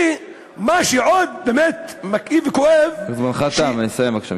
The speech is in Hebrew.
ומה שעוד באמת מכאיב וכואב, זמנך תם, לסיים בבקשה.